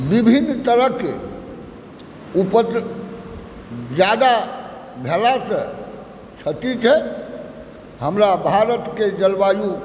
विभिन्न तरहके ज्यादा भेलासँ क्षति छै हमरा भारतके जलवायु